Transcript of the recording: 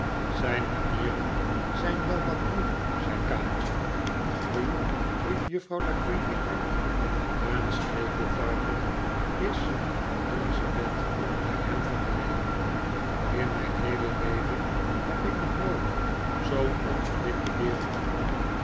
zijn manieren zijn wel wat ruw zei kaatje ruw riep juffrouw la creevy uit een stekelvarken is een donzen bed bij hem vergeleken in mijn heele leven heb ik nog nooit zoo'n ongelikten beer ontmoet